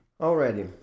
already